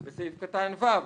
בסעיף קטן (ו),